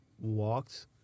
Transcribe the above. walked